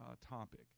topic